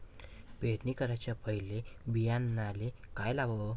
पेरणी कराच्या पयले बियान्याले का लावाव?